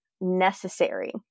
necessary